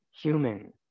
human